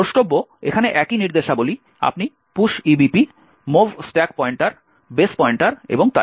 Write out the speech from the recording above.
দ্রষ্টব্য এখানে একই নির্দেশাবলী আপনি push EBP mov stack pointer base pointer এবং তাই